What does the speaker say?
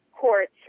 courts